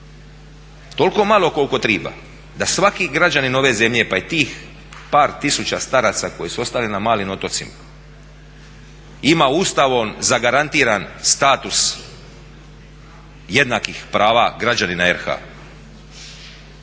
toliko malo koliko treba da svaki građanin ove zemlje pa i tih par tisuća staraca koji su ostali na malim otocima ima ustavom zagarantiran status jednakih prava građanina RH-a?